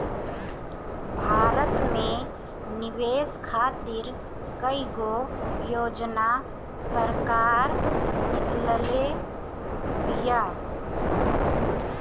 भारत में निवेश खातिर कईगो योजना सरकार निकलले बिया